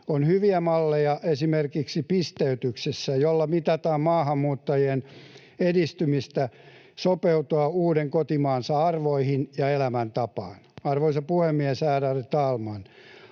on hyviä malleja esimerkiksi pisteytyksestä, jolla mitataan maahantulijan edistymistä sopeutua uuden kotimaansa arvoihin ja elämäntapaan. Arvoisa puhemies! Ärade talman!